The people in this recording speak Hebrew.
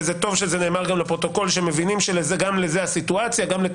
וטוב שזה נאמר גם לפרוטוקול שמבינים שהסיטואציה גם לזה,